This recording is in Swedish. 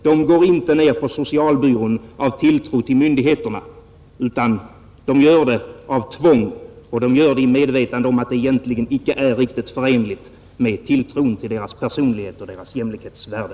De går inte ner på socialbyrån av tillit till myndigheterna, utan de gör det av tvång och i medvetande om att det egentligen icke är riktigt förenligt med tilltron till deras personlighet och deras jämlikhetsvärde.